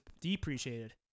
depreciated